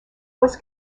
was